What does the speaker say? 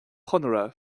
conaire